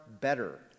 better